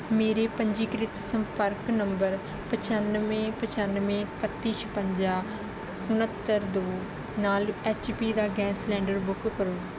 ਮੇਰੇ ਪੰਜੀਕ੍ਰਿਤ ਸੰਪਰਕ ਨੰਬਰ ਪਚਾਨਵੇਂ ਪਚਾਨਵੇਂ ਇਕੱਤੀ ਛਪੰਜਾ ਉਣੱਤਰ ਦੋ ਨਾਲ ਐਚ ਪੀ ਦਾ ਗੈਸ ਸਿਲੰਡਰ ਬੁੱਕ ਕਰੋ